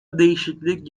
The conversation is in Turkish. değişiklik